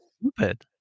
stupid